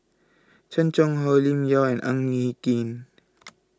Chan Chang How Lim Yau and Ang Hin Kee